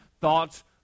thoughts